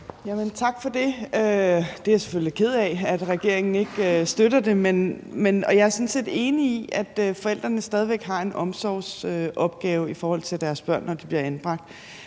selvfølgelig lidt ked af, at regeringen ikke støtter det. Jeg er sådan set enig i, at forældrene stadig væk har en omsorgsopgave i forhold til deres